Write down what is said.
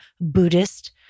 Buddhist